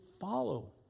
follow